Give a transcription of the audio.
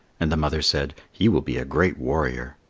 and the mother said, he will be a great warrior,